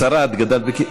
השרה, את גדלת בקריית,